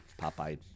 popeye